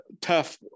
tough